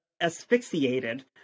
asphyxiated